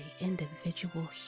individual